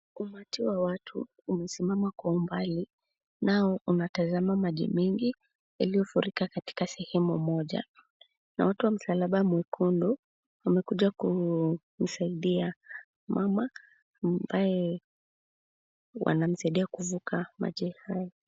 Umati wa watu umesimama kwa umbali, nao unatazama maji mengi yaliyofurika katika sehemu moja na watu wa msalaba mwekundu wamekuja kumsaidia mama ambaye wanamsaidia kuvuka maji hayo.